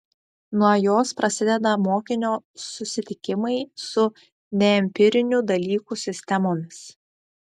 nuo jos prasideda mokinio susitikimai su neempirinių dalykų sistemomis